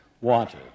wanted